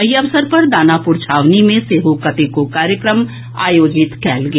एहि अवसर पर दानापुर छावनी मे सेहो कतेको कार्यक्रम आयोजित कयल गेल